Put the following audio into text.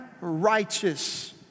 righteous